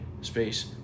space